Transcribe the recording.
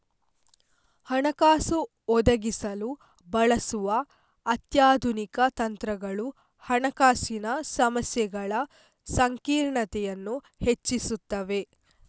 ಹಣಕಾಸು ಒದಗಿಸಲು ಬಳಸುವ ಅತ್ಯಾಧುನಿಕ ತಂತ್ರಗಳು ಹಣಕಾಸಿನ ಸಮಸ್ಯೆಗಳ ಸಂಕೀರ್ಣತೆಯನ್ನು ಹೆಚ್ಚಿಸುತ್ತವೆ